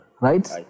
right